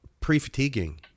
pre-fatiguing